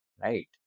Right